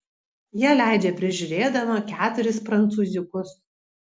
ją leidžia prižiūrėdama keturis prancūziukus